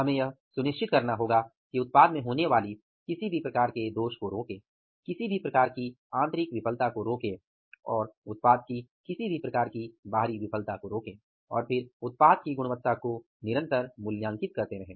हमें यह सुनिश्चित करना होगा कि उत्पाद में होने वाली किसी भी प्रकार के दोष को रोकें किसी भी प्रकार की आंतरिक विफलता को रोकें और उत्पाद की किसी भी प्रकार की बाहरी विफलता को रोकें और फिर उत्पाद की गुणवत्ता को निरंतर मूल्यांकित करते रहें